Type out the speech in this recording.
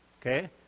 Okay